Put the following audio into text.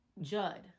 Judd